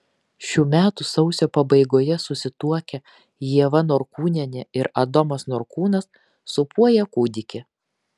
šių metų sausio pabaigoje susituokę ieva norkūnienė ir adomas norkūnas sūpuoja kūdikį